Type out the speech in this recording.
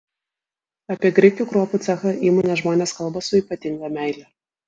apie grikių kruopų cechą įmonės žmonės kalba su ypatinga meile